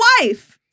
wife